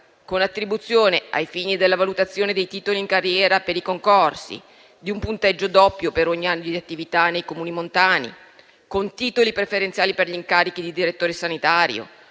con attribuzione ai fini della valutazione dei titoli in carriera per i concorsi di un punteggio doppio per ogni anno di attività nei Comuni montani; con titoli preferenziali per gli incarichi di direttore sanitario;